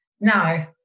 No